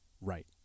right